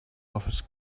offers